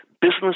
business